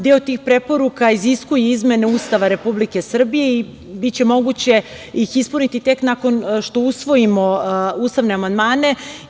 Deo tih preporuka iziskuje i izmene Ustava Republike Srbije i biće moguće ih ispuniti tek nakon što usvojimo ustavne amandmane.